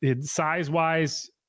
size-wise